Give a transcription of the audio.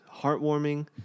heartwarming